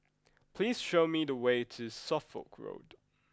please show me the way to Suffolk Road